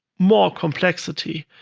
more complexity.